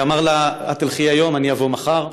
ואמר לה: את תלכי היום, אני אבוא מחר.